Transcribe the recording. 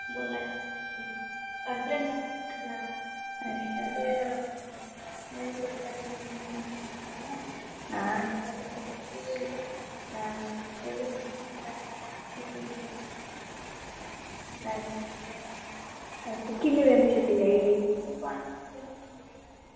आं अच्छा किन्ने दिन दी छुट्टी चाहिदी